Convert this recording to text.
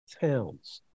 towns